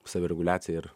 savireguliacija ir